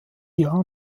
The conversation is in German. jahr